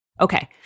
Okay